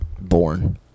born